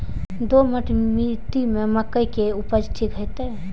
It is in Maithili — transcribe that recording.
दोमट मिट्टी में मक्के उपज ठीक होते?